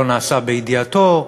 לא נעשה בידיעתו.